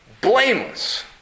blameless